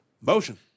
Motion